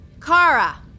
Kara